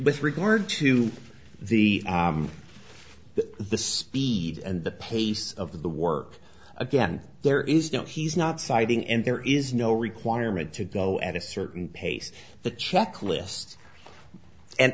with regard to the the speed and the pace of the work again there is no he's not citing and there is no requirement to go at a certain pace the checklist